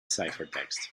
ciphertext